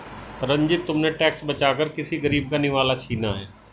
रंजित, तुमने टैक्स बचाकर किसी गरीब का निवाला छीना है